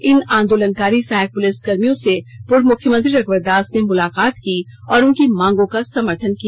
इन आंदोलनकारी सहायक पुलिसकर्मियों से पूर्व मुख्यमंत्री रघुवर दास ने मुलाकात की और उनकी मांगों का समर्थन किया